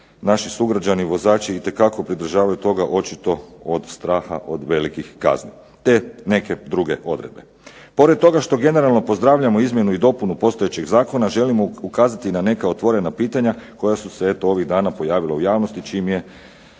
naši sugrađani, vozači itekako pridržavaju toga očito od straha od velikih kazni, te neke druge odredbe. Pored toga što generalno pozdravljamo izmjenu i dopunu postojećeg zakona želimo ukazati i na neka otvorena pitanja koja su se eto ovih dana pojavila u javnosti čim se